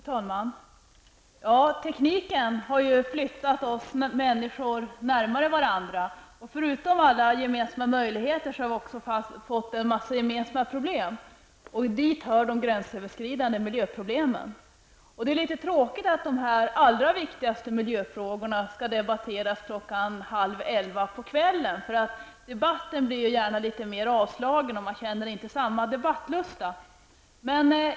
Fru talman! Tekniken har flyttat oss människor närmare varandra. Förutom alla gemensamma möjligheter har vi också fått en mängd gemensamma problem. Dit hör de gränsöverskridande miljöproblemen. Det är litet tråkigt att de allra viktigaste miljöfrågorna skall debatteras halv elva på kvällen. Debatten blir då gärna litet avslagen, och man känner inte samma debattlust.